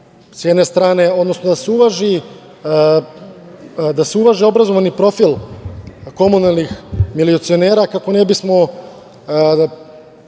s jedne strane, odnosno da se uvaži obrazovni profil komunalnih milicionara, kako ne bi smo